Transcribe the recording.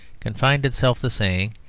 confined itself to saying,